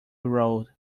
road